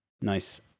nice